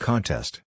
Contest